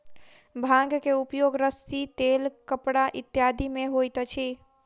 भांग के उपयोग रस्सी तेल कपड़ा इत्यादि में होइत अछि